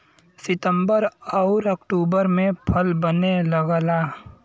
सितंबर आउर अक्टूबर में फल बने लगला